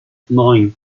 nine